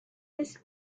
this